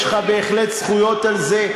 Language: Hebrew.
יש לך בהחלט זכויות על זה.